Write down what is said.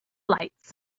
lights